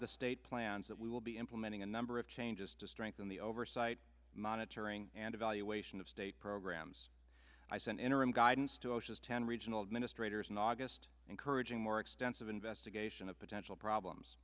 the state plans that we will be implementing a number of changes to strengthen the oversight monitoring and evaluation of state programs ice and interim guidance to osha as town regional administrator in august encouraging more extensive investigation of potential problems